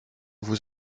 vous